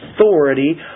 authority